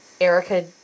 Erica